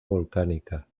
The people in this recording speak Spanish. volcánica